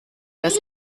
das